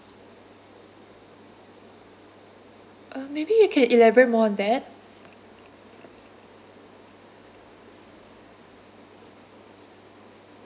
uh maybe you can elaborate more on that